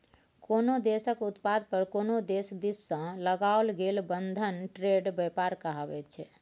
कोनो देशक उत्पाद पर कोनो देश दिससँ लगाओल गेल बंधन ट्रेड व्यापार कहाबैत छै